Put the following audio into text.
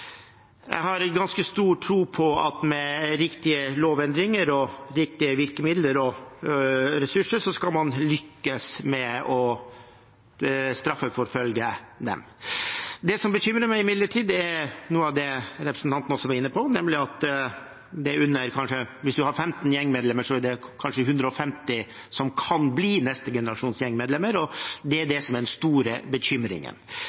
Jeg har ganske stor tro på at med riktige lovendringer og riktige virkemidler og ressurser skal man lykkes med å straffeforfølge dem. Det som imidlertid bekymrer meg, er noe av det som representanten var inne på, nemlig at hvis du har 15 gjengmedlemmer, er det kanskje 150 som kan bli neste generasjons gjengmedlemmer. Det er det som er den store bekymringen.